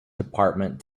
department